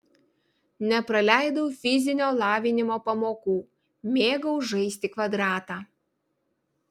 nepraleidau fizinio lavinimo pamokų mėgau žaisti kvadratą